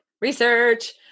Research